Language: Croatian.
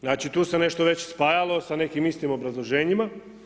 Znači, tu se nešto već spajalo sa nekim istim obrazloženjima.